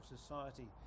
society